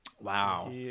Wow